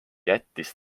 jättis